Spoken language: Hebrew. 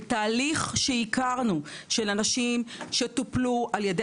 זה תהליך שהכרנו של אנשים שטופלו על ידי